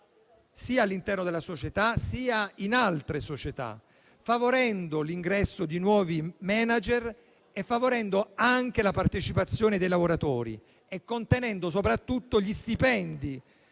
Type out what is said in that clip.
(sia all'interno della società, sia in altre società), favorendo l'ingresso di nuovi *manager* e favorendo anche la partecipazione dei lavoratori, contenendo soprattutto gli stipendi